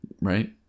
right